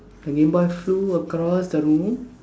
the game boy flew across the room